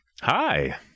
Hi